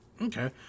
Okay